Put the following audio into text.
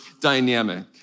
dynamic